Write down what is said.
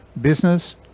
business